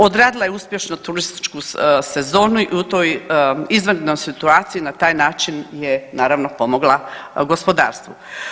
Odradila je uspješno turističku sezonu i u toj izvanrednoj situaciji na taj način je naravno pomogla gospodarstvu.